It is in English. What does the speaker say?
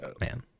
man